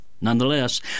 Nonetheless